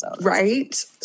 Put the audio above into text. Right